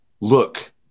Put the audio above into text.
Look